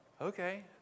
okay